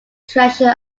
treasure